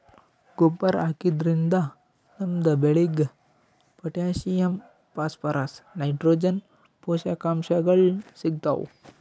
ಗೊಬ್ಬರ್ ಹಾಕಿದ್ರಿನ್ದ ನಮ್ ಬೆಳಿಗ್ ಪೊಟ್ಟ್ಯಾಷಿಯಂ ಫಾಸ್ಫರಸ್ ನೈಟ್ರೋಜನ್ ಪೋಷಕಾಂಶಗಳ್ ಸಿಗ್ತಾವ್